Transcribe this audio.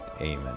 Amen